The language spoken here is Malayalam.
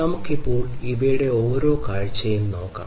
നമുക്ക് ഇപ്പോൾ ഇവയുടെ ഓരോ കാഴ്ചയും നോക്കാം